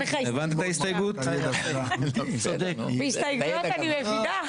יש במשטרה ואנחנו יודעים,